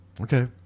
Okay